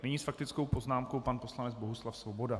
Nyní s faktickou poznámkou pan poslanec Bohuslav Svoboda.